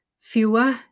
Fewer